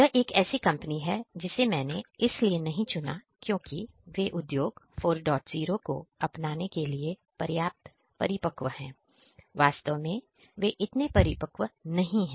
यह एक ऐसी कंपनी है जिसे मैंने इसलिए नहीं चुना क्योंकि वे उद्योग 40 को अपनाने के लिए पर्याप्त परिपक्व है वास्तव में वे इतने परिपक्व नहीं है